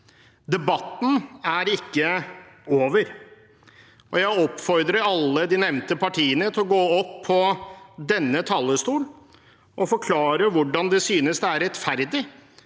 Debatten er ikke over, og jeg oppfordrer alle de nevnte partiene til å gå opp på denne talerstol og forklare hvordan de kan synes det er rettferdig